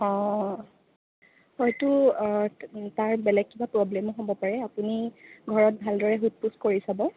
অঁ হয়তো তাৰ বেলেগ কিবা প্ৰ'ব্লেমো হ'ব পাৰে আপুনি ঘৰত ভালদৰে সোধ পোচ কৰি চাব